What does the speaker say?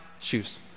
shoes